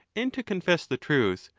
and, to confess the truth,